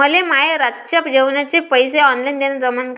मले माये रातच्या जेवाचे पैसे ऑनलाईन देणं जमन का?